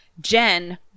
Jen